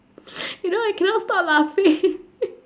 you know I cannot stop laughing